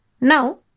Now